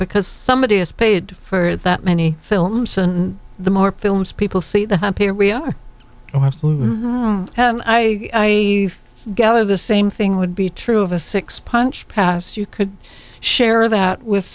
because somebody has paid for that many films and the more films people see the happier ria oh absolutely and i gather the same thing would be true of a six punch pass you could share that with